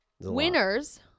Winners